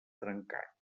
trencat